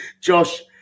Josh